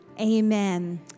amen